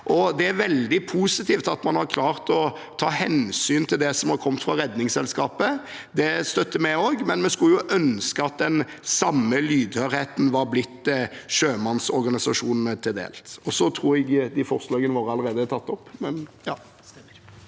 Det er veldig positivt at man har klart å ta hensyn til det som er kommet fra Redningsselskapet. Det støtter vi også, men vi skulle ønske at den samme lydhørheten var blitt sjømannsorganisasjonene til del. Statsråd Tonje Brenna